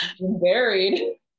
buried